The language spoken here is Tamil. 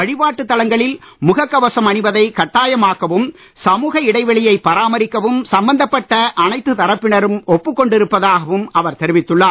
வழிபாட்டுத் தலங்களில் முகக் கவசம் அணிவதைக் கட்டாயம் ஆக்கவும் சமூக இடைவெளியைப் பராமரிக்கவும் சம்பந்தப்பட்ட அனைத்துத் தரப்பினரும் கொண்டிருப்பதாகவும் அவர் தெரிவித்துள்ளார்